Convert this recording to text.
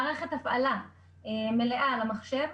מערכת הפעלה מלאה למחשב.